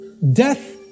Death